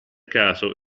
caso